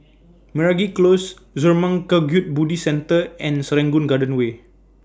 Meragi Close Zurmang Kagyud Buddhist Centre and Serangoon Garden Way